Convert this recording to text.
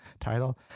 title